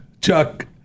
Chuck